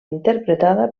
interpretada